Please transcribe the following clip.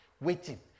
waiting